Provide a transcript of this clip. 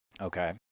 okay